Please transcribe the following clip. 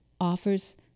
offers